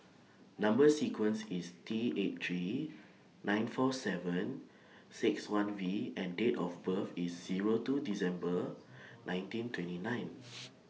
Number sequence IS T eight three nine four seven six one V and Date of birth IS Zero two December nineteen twenty nine